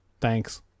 Thanks